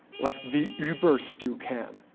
like, the uber-stew can.